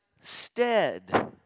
stead